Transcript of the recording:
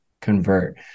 convert